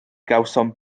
gawsom